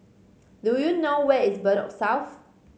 do you know where is Bedok South